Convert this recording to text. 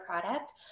product